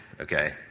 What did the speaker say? okay